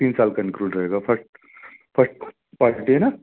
तीन साल का इंक्लूड रहेगा फर्स्ट पार्टि है ना